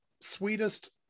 sweetest